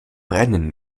brennen